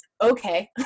okay